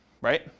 right